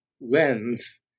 lens